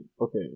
Okay